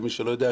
למי שלא יודע,